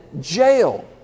jail